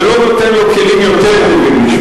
זה לא נותן לו כלים יותר טובים לשפוט.